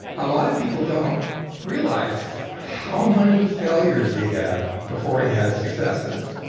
a lot of people don't realize how many failures he had before he had successes.